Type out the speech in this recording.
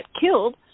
killed